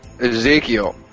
Ezekiel